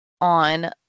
on